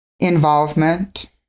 Involvement